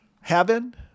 heaven